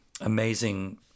amazing